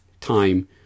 time